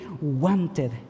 wanted